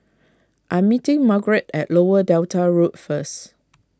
I am meeting Margeret at Lower Delta Road first